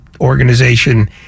organization